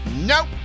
Nope